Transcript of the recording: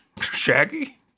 Shaggy